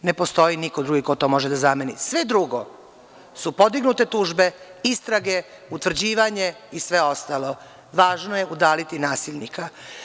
Ne postoji niko drugi ko to može da zameni, sve drugo su podignute tužbe, istrage, utvrđivanje i sve ostalo, važno je udaljiti nasilnika.